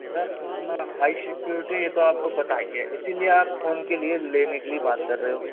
sir इसमें high security है ये तो आपको पता ही है इसीलिए आप फोन के लिए लेने के लिए बात कर रहे हो